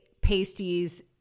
pasties